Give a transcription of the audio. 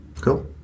Cool